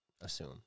assume